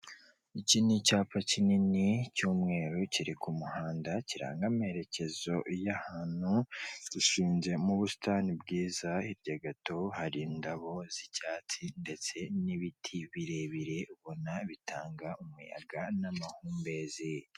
Icyi ni icyapa kinini cy'umweru kiri ku muhanda kiranga amerekezo y'ahantu gishinze mu busitani bwiza, hirya gato hari indabo z'icyatsi ndetse n'ibiti birebire ubona bitanga umuyaga n'amahumbezi.